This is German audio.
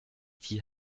die